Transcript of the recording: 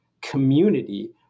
community